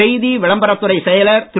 செய்தி விளம்பரத்துறைச் செயலர் திரு